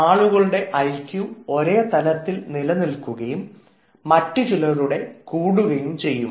ആളുകളുടെ ഐക്യു ഒരേ തലത്തിൽ നിലനിൽക്കുകയും മറ്റുചിലരുടെ കൂടുകയും ചെയ്യും